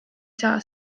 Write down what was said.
saa